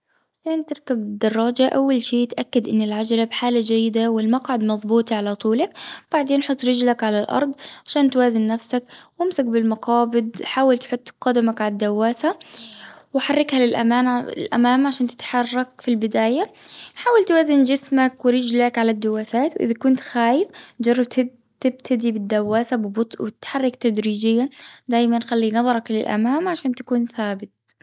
عشان تركب الدراجة أول شي تأكد أن العجلة بحالة جيدة والمقعد مظبوط على طولك. بعدين حط رجلك على الأرض عشان توازن نفسك وأمسك بالمقابض حاول تحط قدمك على الدواسة. وحركها للأمانة-للأمام عشان تتحرك في البداية. حاول توزن جسمك ورجلك على الدواسات. إذا كنت خايف جرب تبتدي بالدواسة ببطء وتحرك تدريجيا. دايما خلي نظرك للأمام عشان تكون ثابت.